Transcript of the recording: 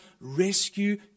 Rescue